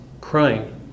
crying